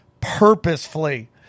purposefully